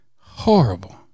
Horrible